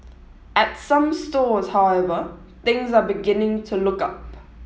at some stores however things are beginning to look up